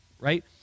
Right